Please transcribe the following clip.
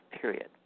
period